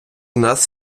нас